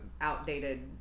outdated